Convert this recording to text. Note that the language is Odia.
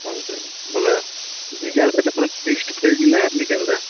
ହେନ୍ତା କେଁ ବେଲେ ବିଜାରଟା ପୁରା ଫିକ୍ସ ପ୍ରାଇସ୍ ନା କେନ୍ତା